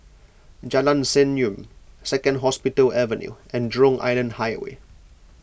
Jalan Senyum Second Hospital Avenue and Jurong Island Highway